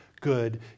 good